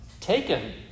taken